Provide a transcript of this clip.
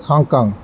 Hong Kong